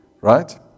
right